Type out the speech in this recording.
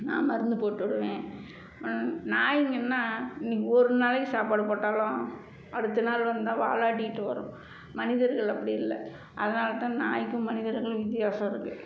நான் மருந்து போட்டு விடுவேன் அப்புறம் நாய்ங்கன்னால் இன்றைக்கி ஒரு நாளைக்கி சாப்பாடு போட்டாலும் அடுத்த நாள் வந்தால் வாலாட்டிகிட்டு வரும் மனிதர்கள் அப்டி இல்ல அதனாலத்தான் நாய்க்கும் மனிதர்களுக்கும் வித்தியாசம் இருக்குது